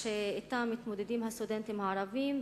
שאתן מתמודדים הסטודנטים הערבים,